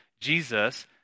Jesus